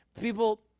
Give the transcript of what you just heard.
People